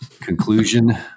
conclusion